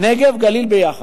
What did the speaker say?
נגב-גליל ביחד,